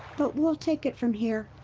but we'll take it from here.